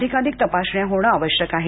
अधिकाधिक तपासण्या होणे आवश्यक आहे